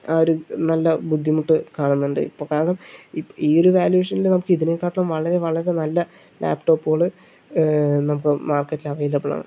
ആ ഒരു നല്ല ബുദ്ധിമുട്ട് കാണുന്നുണ്ട് ഇപ്പോൾ കാരണം ഈയൊരു വേല്വേഷനില് നമുക്ക് ഇതിനെ കാട്ടിലും വളരെ വളരെ നല്ല ലാപ്ടോപ്പുകൾ ഇന്നിപ്പോൾ മാർക്കറ്റില് അവൈലബിൾ ആണ്